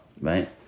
right